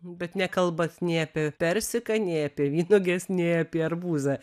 bet nekalbat nei apie persiką nei apie vynuoges nei apie arbūzą